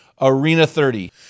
ARENA30